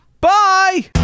Bye